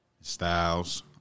Styles